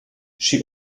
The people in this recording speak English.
she